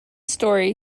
story